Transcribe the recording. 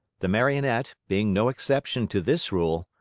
the marionette, being no exception to this rule,